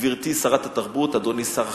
גברתי שרת התרבות, אדוני שר החינוך.